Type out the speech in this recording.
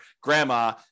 grandma